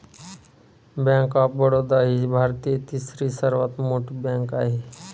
bank of Baroda ही भारतातील तिसरी सर्वात मोठी बँक आहे